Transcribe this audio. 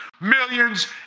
millions